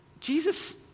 Jesus